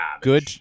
Good